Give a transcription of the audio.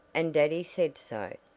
and daddy said so.